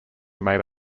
made